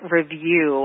review